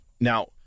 Now